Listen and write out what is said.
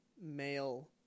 male